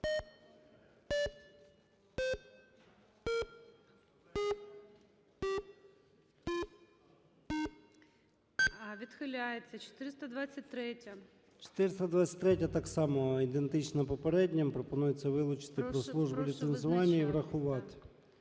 О.М. 423-я – так само ідентична попереднім. Пропонується вилучити про службу ліцензування і врахувати.